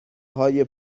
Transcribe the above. های